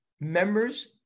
members